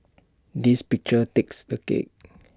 this picture takes the cake